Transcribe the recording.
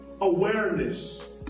awareness